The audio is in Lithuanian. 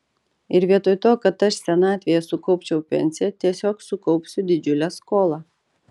ir vietoj to kad aš senatvėje sukaupčiau pensiją tiesiog sukaupsiu didžiulę skolą